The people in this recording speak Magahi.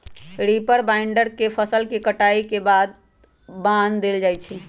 रीपर बाइंडर से फसल के कटाई के बाद बान देल जाई छई